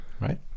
Right